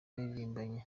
yaririmbye